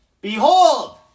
Behold